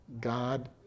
God